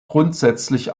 grundsätzlich